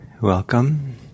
welcome